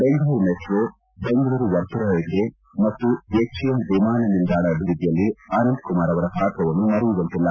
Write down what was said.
Bengaluru metro Bengaluru ವರ್ತುಲ railway ಮತ್ತು HAL ವಿಮಾನ ನಿಲ್ದಾಣ ಅಭಿವೃದ್ಧಿಯಲ್ಲಿ ಅನಂತಕುಮಾರ್ ಅವರ ಪಾತ್ರವನ್ನು ಮರೆಯುವಂತಿಲ್ಲ